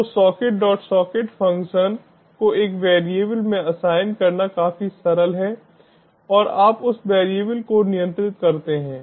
तो socketsocket function को एक वेरिएबल में असाइन करना काफी सरल है और आप उस वेरिएबल को नियंत्रित करते हैं